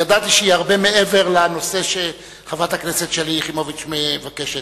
ידעתי שהיא הרבה מעבר לנושא שחברת הכנסת שלי יחימוביץ מבקשת,